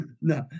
No